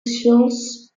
sciences